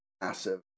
massive